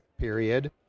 period